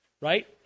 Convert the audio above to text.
right